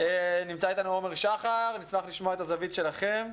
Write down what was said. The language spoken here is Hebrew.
נמצא אתנו עומר שחר ונשמח לשמוע את הזווית שלכם.